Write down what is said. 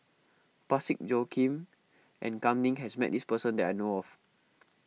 Parsick Joaquim and Kam Ning has met this person that I know of